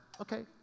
Okay